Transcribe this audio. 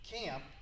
camp